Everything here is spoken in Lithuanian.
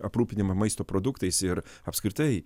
aprūpinimą maisto produktais ir apskritai